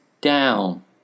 down